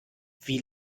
wie